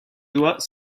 doigt